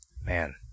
man